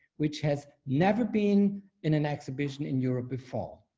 which has never been in an exhibition in europe before.